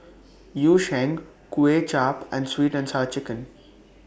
Yu Sheng Kuay Chap and Sweet and Sour Chicken